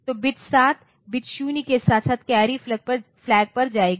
तो bit 7 bit 0 के साथ साथ कैरी फ्लैग पर जाएगा